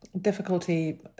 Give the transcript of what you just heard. Difficulty